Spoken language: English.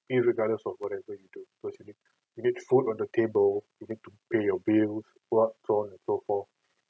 irregardless of whatever you do because you need you need food on the table you need to pay your bills right so on and so forth